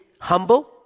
humble